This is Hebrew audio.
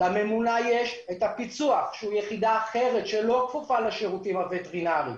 לממונה יש את הפיצו"ח שהיא יחידה אחרת שלא כפופה לשירותים הווטרינרים.